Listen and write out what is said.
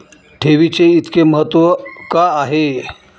ठेवीचे इतके महत्व का आहे?